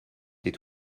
tais